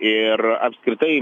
ir apskritai